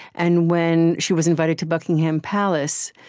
and when she was invited to buckingham palace,